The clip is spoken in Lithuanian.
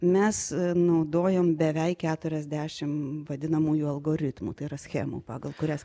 mes naudojam beveik keturiasdešimt vadinamųjų algoritmų tai yra schemų pagal kurias